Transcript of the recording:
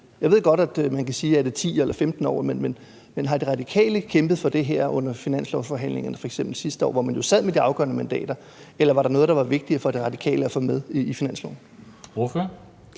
Jeg ved godt, at man kan spørge, om det er 10 eller 15 år, men har De Radikale f.eks. kæmpet for det her under finanslovsforhandlingerne sidste år, hvor man jo sad med de afgørende mandater, eller var der noget andet, som det var vigtigere for De Radikale at få med i finansloven? Kl.